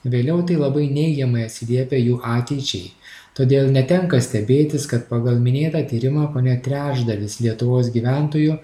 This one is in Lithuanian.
vėliau tai labai neigiamai atsiliepia jų ateičiai todėl netenka stebėtis kad pagal minėtą tyrimą kone trečdalis lietuvos gyventojų